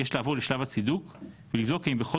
יש לעבור לשלב הצידוק ולבדוק האם בכל